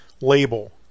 label